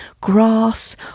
grass